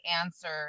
answered